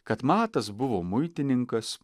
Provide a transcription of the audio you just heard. kad matas buvo muitininkas